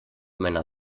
meiner